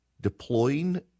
deploying